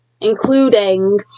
including